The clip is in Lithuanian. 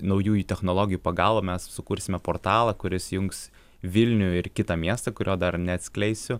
naujųjų technologijų pagalba mes sukursime portalą kuris jungs vilnių ir kitą miestą kurio dar neatskleisiu